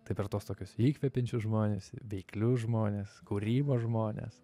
tai per tuos tokius įkvepiančius žmones veiklius žmones kūrybos žmones